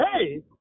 hey